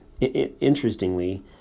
interestingly